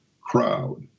crowd